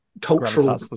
cultural